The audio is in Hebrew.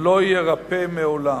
לא יירפא לעולם.